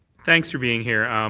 thanks for being here.